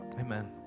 Amen